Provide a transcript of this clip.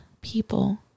people